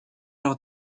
leurs